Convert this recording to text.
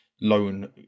loan